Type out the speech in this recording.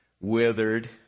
withered